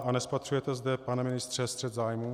A nespatřujete zde, pane ministře, střet zájmů?